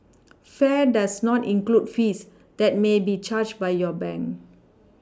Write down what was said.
fare does not include fees that may be charged by your bank